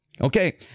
Okay